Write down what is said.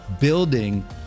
building